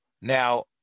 now